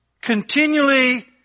continually